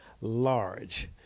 large